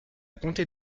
compter